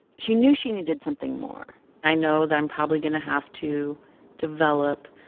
she knew she needed something more i know that i'm probably going to have to develop,